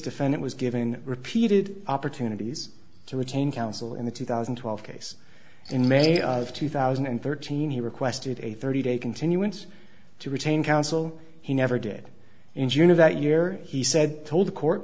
defendant was given repeated opportunities to retain counsel in the two thousand and twelve case in may of two thousand and thirteen he requested a thirty day continuance to retain counsel he never did in june of that year he said told the court